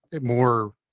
more